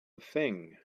thing